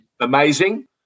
amazing